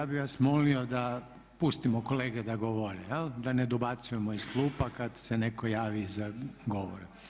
Ja bih vas molio da pustimo kolege da govore, da ne dobacujemo iz klupa kad se netko javi za govor.